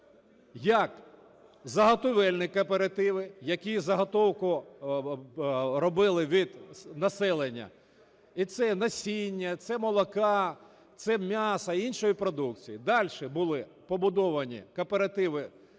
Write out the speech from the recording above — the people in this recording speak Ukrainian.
як заготівельні кооперативи, які заготовку робили від населення: і це насіння, це молока, це м'яса і іншої продукції. Дальше були побудовані кооперативи